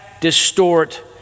distort